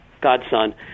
godson